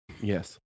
Yes